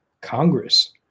Congress